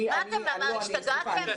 השתגעתם?